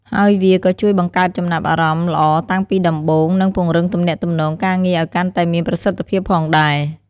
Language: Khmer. ហើយវាក៏ជួយបង្កើតចំណាប់អារម្មណ៍ល្អតាំងពីដំបូង និងពង្រឹងទំនាក់ទំនងការងារឲ្យកាន់តែមានប្រសិទ្ធភាពផងដែរ។